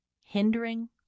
hindering